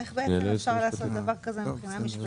איך אפשר לעשות דבר כזה מבחינה משפטית?